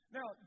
Now